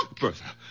Bertha